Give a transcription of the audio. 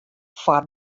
foar